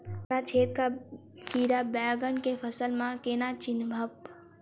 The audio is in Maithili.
तना छेदक कीड़ा बैंगन केँ फसल म केना चिनहब?